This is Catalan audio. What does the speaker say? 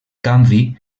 canvi